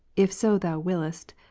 if so thou wiliest,